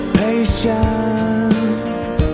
patience